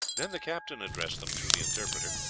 then the captain addressed them through the interpreter.